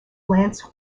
lance